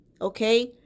okay